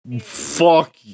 Fuck